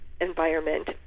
environment